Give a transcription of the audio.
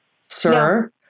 Sir